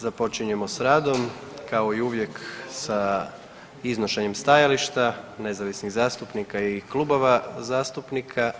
Započinjemo sa radom kao i uvijek sa iznošenjem stajališta nezavisnih zastupnika i klubova zastupnika.